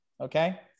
okay